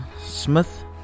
smith